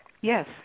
Yes